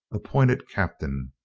appointed captain.